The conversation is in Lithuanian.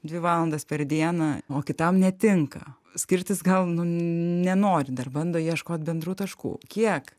dvi valandas per dieną o kitam netinka skirtis gal nenori dar bando ieškot bendrų taškų kiek